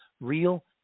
real